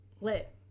lit